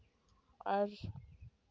ᱟᱨ